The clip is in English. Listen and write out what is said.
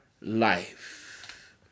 life